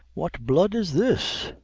what blood is this?